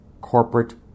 corporate